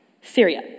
Syria